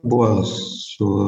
buvo su